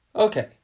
Okay